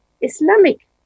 Islamic